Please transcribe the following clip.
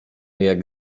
jak